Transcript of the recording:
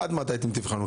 בנוסף, עד מתי תבחנו?